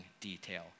detail